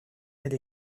elle